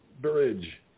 Bridge